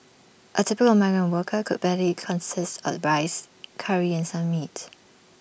A typical migrant worker could barely consist of rice Curry and some meat